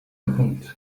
كنت